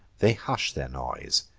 they hush their noise,